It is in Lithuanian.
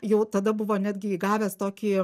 jau tada buvo netgi gavęs tokį